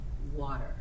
Water